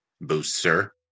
booster